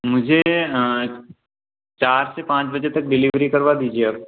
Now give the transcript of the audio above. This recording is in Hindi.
मुझे हाँ चार से पाँच बजे तक डिलीवरी करवा दीजिए आप